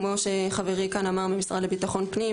כפי שחברי מהמשרד לביטחון הפנים אמר כאן,